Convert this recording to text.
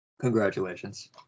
Congratulations